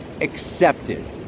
accepted